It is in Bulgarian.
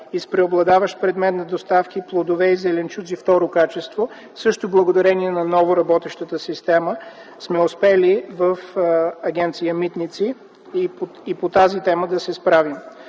с преобладаващ предмет на доставки плодове и зеленчуци второ качество - също благодарение на новоработещата система сме успели и по тази тема да се справим